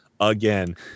again